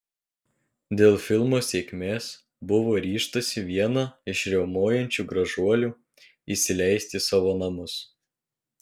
dėl filmo sėkmės buvo ryžtasi vieną iš riaumojančių gražuolių įsileisti į savo namus